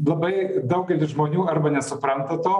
labai daugelis žmonių arba nesupranta to